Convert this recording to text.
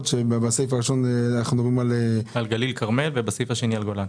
בסעיף הראשון אנחנו מדברים על גליל-כרמל ובסעיף השני על הגולן.